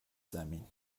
زمین